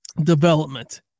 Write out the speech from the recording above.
development